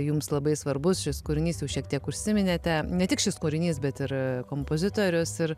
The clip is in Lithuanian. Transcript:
jums labai svarbus šis kūrinys jau šiek tiek užsiminėte ne tik šis kūrinys bet ir kompozitorius ir